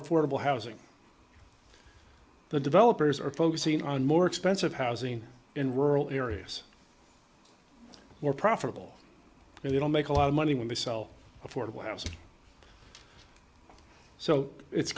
affordable housing the developers are focusing on more expensive housing in rural areas more profitable and they don't make a lot of money when they sell affordable housing so it's